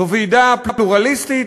זו ועידה פלורליסטית,